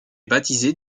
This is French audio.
baptisée